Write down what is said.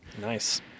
Nice